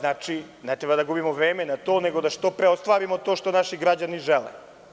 Ne treba da gubimo vreme na to, nego da što pre ostvarimo to što naši građani žele.